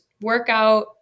workout